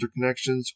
interconnections